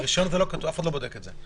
ברישיון זה לא כתוב, אף אחד לא בודק את זה.